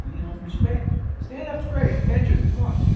you know, respect, stand up straight, attention, come on,